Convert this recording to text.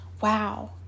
wow